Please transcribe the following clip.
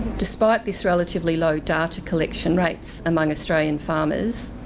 despite this relatively low data collection rates among australian farmers,